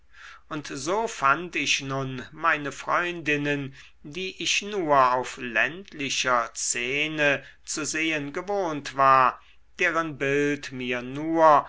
und so fand ich nun meine freundinnen die ich nur auf ländlicher szene zu sehen gewohnt war deren bild mir nur